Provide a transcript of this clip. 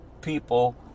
people